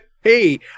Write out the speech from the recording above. Hey